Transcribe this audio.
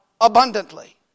abundantly